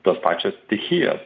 tos pačios stichijos